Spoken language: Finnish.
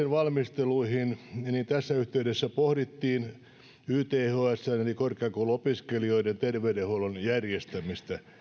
valmisteluihin lähdettiin tässä yhteydessä pohdittiin ythsn eli korkeakouluopiskelijoiden terveydenhuollon järjestämistä